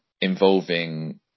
involving